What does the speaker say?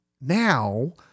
Now